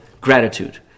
gratitude